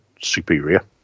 superior